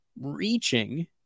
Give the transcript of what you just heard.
reaching